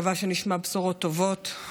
מקווה שנשמע בשורות טובות.